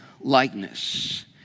likeness